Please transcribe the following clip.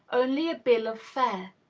only a bill of fare.